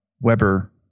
Weber